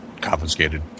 confiscated